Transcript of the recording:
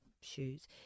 shoes